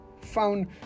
found